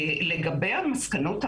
לגבי המסקנות הפרסונליות,